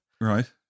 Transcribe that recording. Right